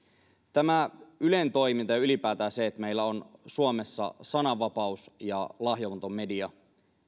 ylen toiminta ja ylipäätään se että meillä on suomessa sananvapaus ja lahjomaton media